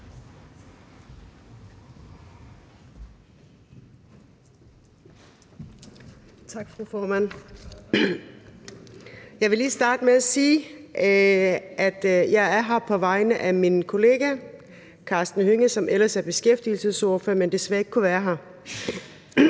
Jeg vil lige starte med at sige, at jeg er her på vegne af min kollega, Karsten Hønge, som ellers er beskæftigelsesordfører, men desværre ikke kunne være her.